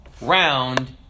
round